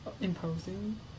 imposing